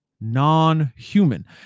non-human